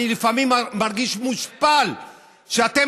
אני לפעמים מרגיש מושפל שאתם,